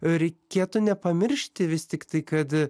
reikėtų nepamiršti vis tiktai kad